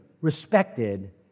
respected